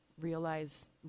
realize